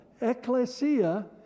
ecclesia